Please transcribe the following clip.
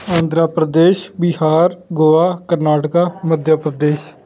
Andhra Pradesh Bihar Goa Karnataka Madhya Pradesh